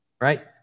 right